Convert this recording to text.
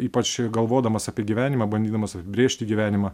ypač galvodamas apie gyvenimą bandydamas apibrėžti gyvenimą